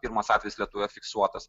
pirmas atvejis lietuvoje fiksuotas